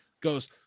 goes